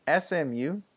SMU